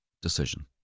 Decision